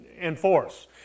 enforce